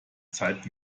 zeit